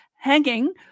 hanging